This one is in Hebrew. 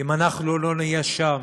אם אנחנו לא נהיה שם